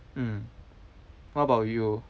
mm what about you